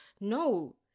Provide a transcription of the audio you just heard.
no